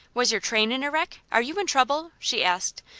was your train in a wreck? are you in trouble? she asked.